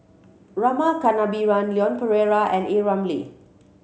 Rama Kannabiran Leon Perera and A Ramli